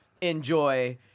enjoy